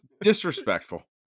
disrespectful